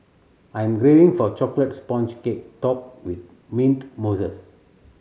I'm craving for a chocolate sponge cake topped with mint mousses